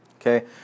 Okay